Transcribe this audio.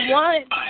one